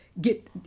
get